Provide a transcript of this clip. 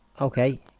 Okay